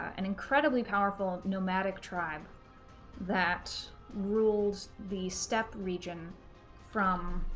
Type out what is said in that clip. an incredibly powerful nomadic tribe that rules the steppe region from